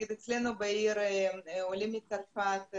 אצלנו בעיר עולים מצרפת,